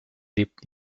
lebten